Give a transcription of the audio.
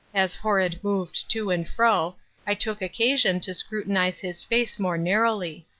as horrod moved to and fro i took occasion to scrutinize his face more narrowly.